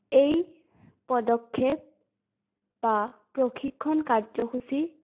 এই পদক্ষেপ বা প্ৰশিক্ষণ কাৰ্যসূচী